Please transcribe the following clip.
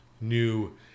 new